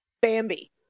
Bambi